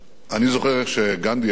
אני זוכר איך גנדי היה